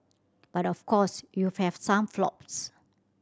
but of course you've had some flops